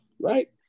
Right